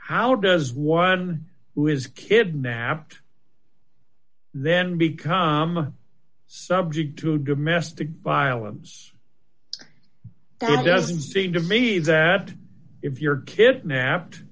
how does one who is kidnapped then become subject to domestic violence that it doesn't seem to me that if you're kidnapped